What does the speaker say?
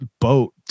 boat